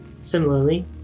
Similarly